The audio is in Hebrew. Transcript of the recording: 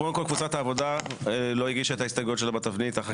קודם כל קבוצת העבודה לא הגישה את ההסתייגויות שלה בתבנית החקיקה,